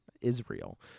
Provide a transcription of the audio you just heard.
Israel